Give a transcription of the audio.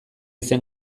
zen